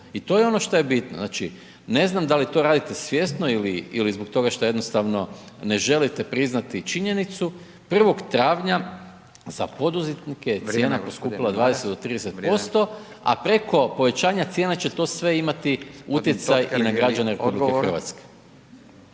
I to je ono šta je bitno. Znači ne znam da li to radite svjesno ili zbog toga šta jednostavno ne želite priznati činjenicu, 1. travnja za poduzetnike je cijena poskupila 20 do 30% a preko povećanja cijena će to sve imati utjecaj i na građane RH.